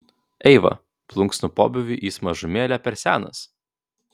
eiva plunksnų pobūviui jis mažumėlę per senas